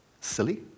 silly